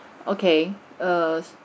okay err